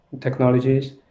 technologies